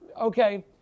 Okay